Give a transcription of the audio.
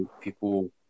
people